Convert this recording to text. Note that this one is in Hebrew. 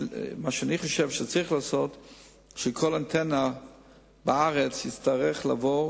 מה שאני חושב שצריך לעשות זה שכל אנטנה בארץ תצטרך לעבור